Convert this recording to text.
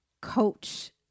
coach